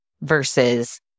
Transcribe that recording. versus